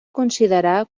considerar